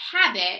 habit